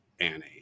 Annie